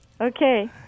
Okay